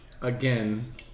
Again